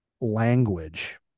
language